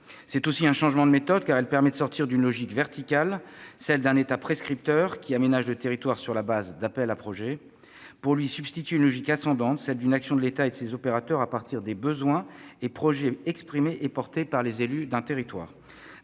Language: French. C'est aussi un changement de méthode en ce qu'elle permet de sortir d'une logique verticale, celle d'un État « prescripteur » qui aménage le territoire sur la base d'appels à projets, pour lui substituer une logique ascendante, celle d'une action de l'État et de ses opérateurs à partir des besoins et projets exprimés et portés par les élus d'un territoire.